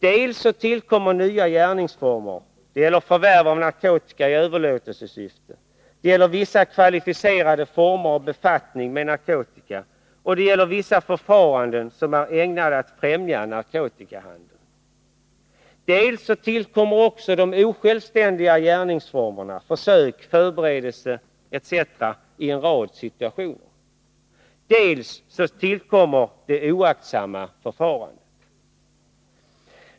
Det tillkommer nya gärningsformer — förvärv av narkotika i överlåtelsesyfte, vissa kvalificerade former av befattning med narkotika och vissa förfaranden som är ägnade att främja narkotikahandeln. Också de osjälvständiga gärningsformerna tillkommer — försök, förberedelse etc. i en rad situationer. Vidare tillkommer oaktsamma förfaranden.